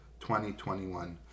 2021